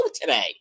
today